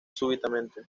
súbitamente